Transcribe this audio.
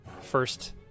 first